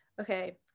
okay